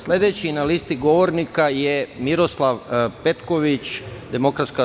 Sledeći na listi govornika je Miroslav Petković, DSS.